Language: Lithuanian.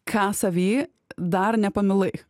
ką savy dar nepamilai